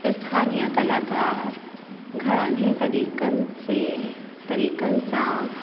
स्थानीय कलाकार घणनि ई तरीक़नि से तरीक़नि सां